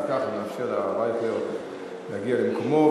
אם כך, נאפשר לרב אייכלר להגיע למקומו.